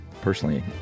personally